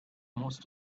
most